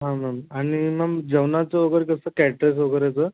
हां मॅम आणि मॅम जेवणाचं वगैरे कसं कॅट्रस वगैरेचं